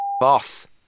boss